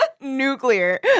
nuclear